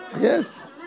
Yes